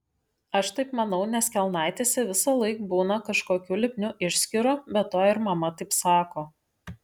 aš taip manau nes kelnaitėse visąlaik būna kažkokių lipnių išskyrų be to ir mama taip sako